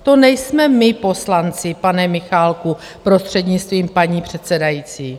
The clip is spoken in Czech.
To nejsme my poslanci, pane Michálku, prostřednictvím paní předsedající.